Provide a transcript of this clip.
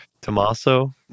Tommaso